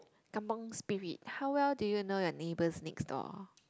Kampung Spirit how well do you know your neighbours next door